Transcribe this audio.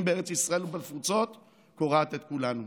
בארץ ישראל ובתפוצות קורעת את כולנו.